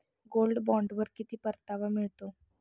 Gold बॉण्डवर किती परतावा मिळतो?